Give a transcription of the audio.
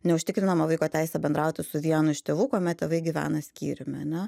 neužtikrinama vaiko teisė bendrauti su vienu iš tėvų kuomet tėvai gyvena skyriumi ane